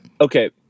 okay